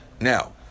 Now